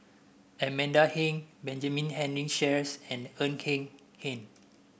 Amanda Heng Benjamin Henry Sheares and Ng Eng Hen